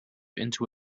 into